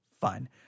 fun